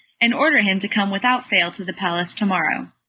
and order him to come without fail to the palace to-morrow,